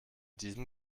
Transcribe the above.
diesem